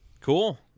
Cool